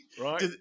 Right